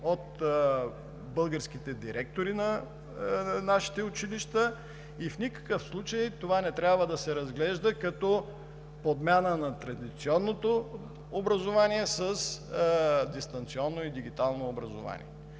от българските директори на нашите училища и в никакъв случай това не трябва да се разглежда като подмяна на традиционното образование с дистанционно и дигитално образование.